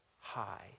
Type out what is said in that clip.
high